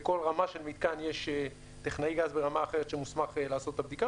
לכל רמת של מיתקן יש טכנאי גז ברמה אחרת שמוסמך לעשות את הבדיקה,